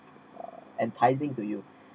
uh enticing to you